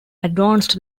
advanced